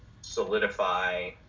solidify